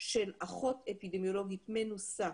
של אחות אפידמיולוגית מנוסה